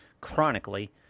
chronically